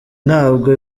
ntabwo